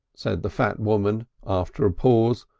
said the fat woman after a pause,